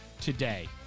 today